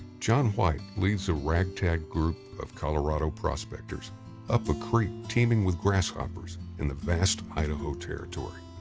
john white leads a ragtag group of colorado prospectors up a creek teeming with grasshoppers in the vast idaho territory.